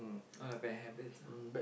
all the bad habits ah